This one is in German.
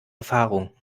erfahrung